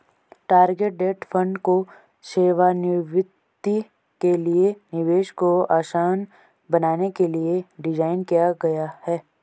target date fund को सेवानिवृत्ति के लिए निवेश को आसान बनाने के लिए डिज़ाइन किया गया है